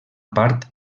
part